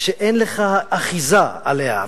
ואין לך אחיזה בה.